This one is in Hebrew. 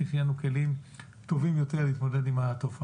כדי שיהיו לנו כלים טובים יותר להתמודד עם התופעה.